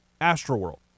Astroworld